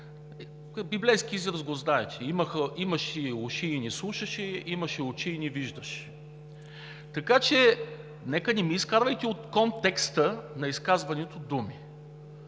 Библейският израз го знаете: „Имаше уши и не слушаше, имаше очи и не виждаше“, така че не ми изкарвайте от контекста на изказването думи